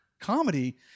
comedy